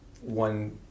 one